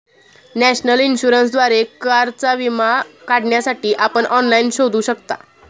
national इन्शुरन्सद्वारे कारचा विमा काढण्यासाठी आपण ऑनलाइन शोधू शकता